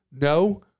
No